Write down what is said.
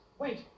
Wait